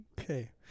Okay